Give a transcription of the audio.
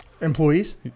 Employees